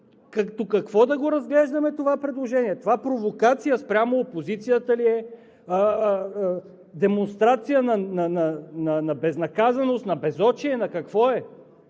какво да го разглеждаме това предложение? Това провокация спрямо опозицията ли е? Демонстрация на безнаказаност, на безочие, на какво е?